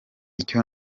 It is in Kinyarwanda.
icyo